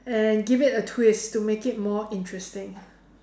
and give it a twist to make it more interesting